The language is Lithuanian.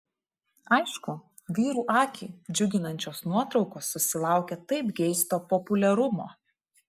aišku vyrų akį džiuginančios nuotraukos susilaukia taip geisto populiarumo